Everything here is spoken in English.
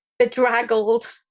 bedraggled